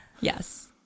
Yes